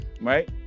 right